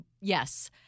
Yes